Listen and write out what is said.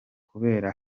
kurebera